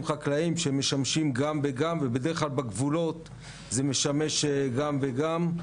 חקלאיים שמשמשים גם וגם ובדרך כלל בגבולות זה משמש גם וגם.